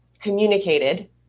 communicated